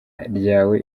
ryawe